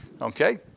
Okay